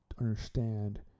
understand